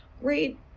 great